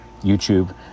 YouTube